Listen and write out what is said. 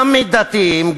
המידתיים,